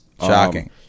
Shocking